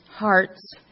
Hearts